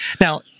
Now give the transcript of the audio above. Now